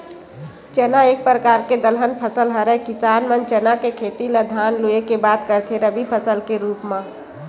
चना एक परकार के दलहन फसल हरय किसान मन चना के खेती ल धान लुए के बाद करथे रबि फसल के रुप म